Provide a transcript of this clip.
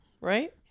right